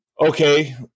okay